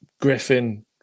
Griffin